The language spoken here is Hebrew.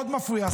מאוד מפריע.